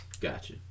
Gotcha